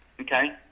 Okay